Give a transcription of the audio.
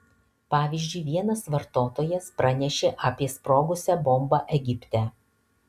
pavyzdžiui vienas vartotojas pranešė apie sprogusią bombą egipte